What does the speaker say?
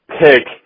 pick